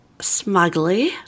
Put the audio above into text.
smugly